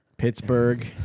Pittsburgh